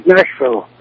Nashville